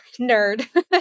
nerd